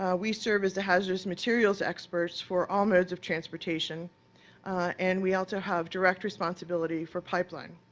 ah we serve as hazardous material experts for all modes of transportation and we also have direct responsibility for pipeline.